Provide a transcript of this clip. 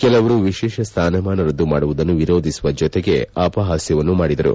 ಕೆಲವರು ವಿಶೇಷ ಸ್ವಾನಮಾನ ರದ್ದು ಮಾಡುವುದನ್ನು ವಿರೋಧಿಸುವ ಜೊತೆಗೆ ಅಪಹಾಸ್ತವನ್ನೂ ಮಾಡಿದರು